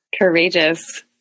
courageous